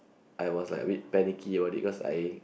I was like a bit panicky about it because I